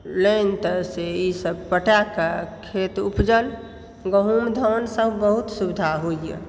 line तऽ से ईसभ पटाकऽ खेत उपजल गहुम धानसभ बहुत सुविधा होइए